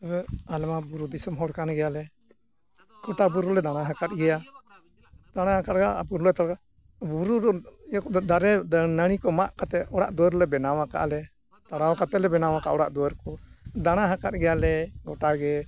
ᱛᱚᱵᱮ ᱟᱞᱮ ᱢᱟ ᱵᱩᱨᱩ ᱫᱤᱥᱚᱢ ᱦᱚᱲ ᱠᱟᱱ ᱜᱮᱭᱟᱞᱮ ᱜᱳᱴᱟ ᱵᱩᱨᱩ ᱞᱮ ᱫᱟᱬᱟ ᱟᱠᱟᱫ ᱜᱮᱭᱟ ᱫᱟᱬᱟ ᱟᱠᱟᱫ ᱨᱮᱦᱚᱸ ᱵᱩᱨᱩ ᱫᱚ ᱤᱭᱟᱹ ᱠᱚᱫᱚ ᱫᱟᱨᱮ ᱱᱟᱹᱲᱤ ᱠᱚ ᱢᱟᱜ ᱠᱟᱛᱮᱫ ᱚᱲᱟᱜ ᱫᱩᱣᱟᱹᱨ ᱞᱮ ᱵᱮᱱᱟᱣ ᱠᱟᱜᱼᱟ ᱞᱮ ᱛᱟᱲᱟᱣ ᱠᱟᱛᱮᱫ ᱞᱮ ᱵᱮᱱᱟᱣ ᱟᱠᱟᱫᱼᱟ ᱚᱲᱟᱜ ᱫᱩᱣᱟᱹᱨ ᱠᱚ ᱫᱟᱬᱟ ᱟᱠᱟᱫ ᱜᱮᱭᱟᱞᱮ ᱜᱳᱴᱟ ᱜᱮ